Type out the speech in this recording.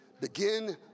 begin